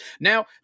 Now